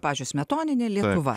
pavyzdžiui smetoninė lietuva